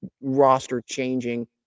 roster-changing